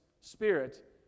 spirit